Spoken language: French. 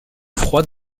froid